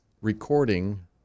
recording